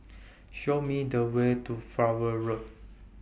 Show Me The Way to Flower Road